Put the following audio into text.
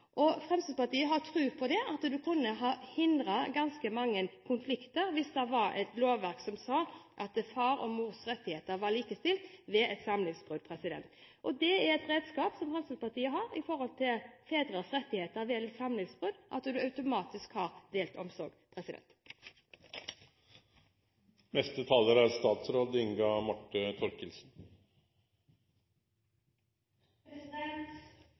Fremskrittspartiet har tro på at det kunne ha hindret ganske mange konflikter hvis det var et lovverk som sa at fars og mors rettigheter var likestilt ved et samlivsbrudd. Det er et redskap som Fremskrittspartiet har, med hensyn til fedres rettigheter ved samlivsbrudd, at man automatisk har delt omsorg. Som barneminister må jeg si at jeg syns det er